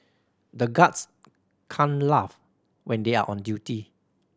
the guards can't laugh when they are on duty